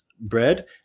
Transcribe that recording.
bread